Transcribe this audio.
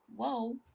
whoa